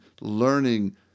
learning